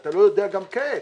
ואתה לא יודע גם כעת,